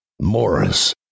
Morris